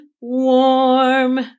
warm